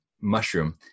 mushroom